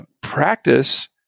Practice